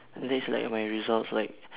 unless like my results like